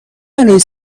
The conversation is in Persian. بلایی